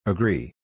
Agree